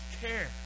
care